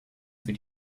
für